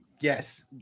yes